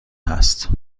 هست